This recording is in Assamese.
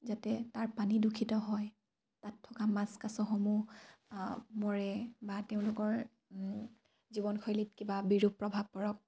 যাতে তাৰ পানী দূষিত হয় তাত থকা মাছ কাছসমূহ মৰে বা তেওঁলোকৰ জীৱনশৈলীত কিবা বিৰূপ প্ৰভাৱ পৰক